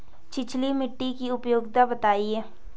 छिछली मिट्टी की उपयोगिता बतायें?